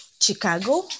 Chicago